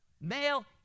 male